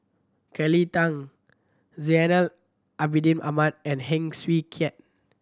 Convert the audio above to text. Kelly Tang Zainal Abidin Ahmad and Heng Swee Keat